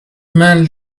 man